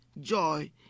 joy